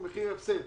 הוא מחיר הפסד,